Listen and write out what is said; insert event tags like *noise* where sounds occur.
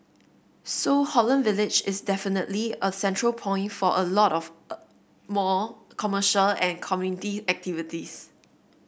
so Holland Village is definitely a central point for a lot of *hesitation* more commercial and community activities